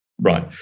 Right